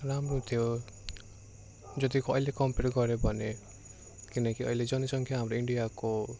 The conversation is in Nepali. राम्रो थियो जतिको अहिले कम्पेयर गर्यो भने किनकि अहिले जनसङ्ख्या हाम्रो इन्डियाको